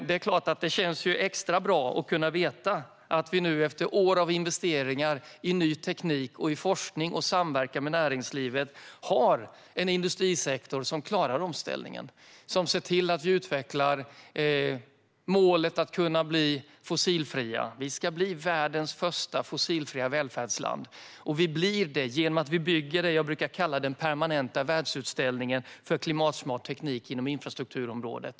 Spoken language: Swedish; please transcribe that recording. Det känns såklart extra bra att veta att vi nu efter år av investeringar i ny teknik, i forskning och i samverkan med näringslivet har en industrisektor som klarar omställningen och som ser till att vi utvecklar målet att kunna bli fossilfria. Vi ska bli världens första fossilfria välfärdsland. Vi blir det genom att bygga det jag brukar kalla den permanenta världsutställningen för klimatsmart teknik inom infrastrukturområdet.